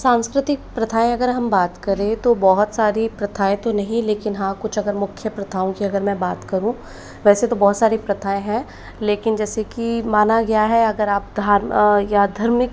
सांस्कृतिक प्रथाएँ अगर हम बात करें तो बहुत सारी प्रथाएँ तो नहीं लेकिन हाँ अगर कुछ मुख्य प्रथाओं की अगर मैं बात करूँ वैसे तो बहुत सारी प्रथाएँ है लेकिन जैसे कि माना गया है अगर आप धर्म या धार्मिक